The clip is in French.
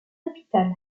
hôpital